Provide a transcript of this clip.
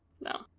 no